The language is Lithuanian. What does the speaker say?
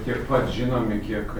tiek pat žinomi kiek